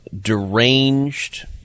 deranged